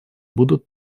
будут